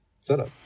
setup